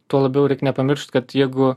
tuo labiau reik nepamiršt kad jeigu